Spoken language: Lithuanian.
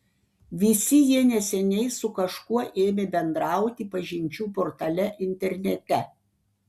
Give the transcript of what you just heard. visi jie neseniai su kažkuo ėmė bendrauti pažinčių portale internete